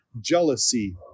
jealousy